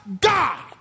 God